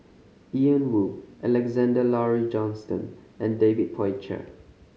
Ian Woo Alexander Laurie Johnston and David Tay Poey Cher